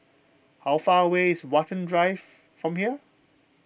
how far away is Watten Drive from here